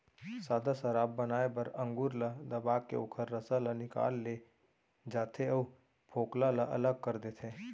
सादा सराब बनाए बर अंगुर ल दबाके ओखर रसा ल निकाल ले जाथे अउ फोकला ल अलग कर देथे